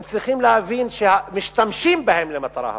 הם צריכים להבין שמשתמשים בהם למטרה הזאת,